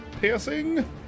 piercing